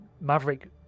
Maverick